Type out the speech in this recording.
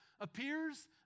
appears